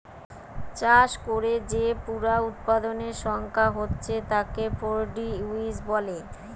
চাষ কোরে যে পুরা উৎপাদনের সংখ্যা হচ্ছে তাকে প্রডিউস বলে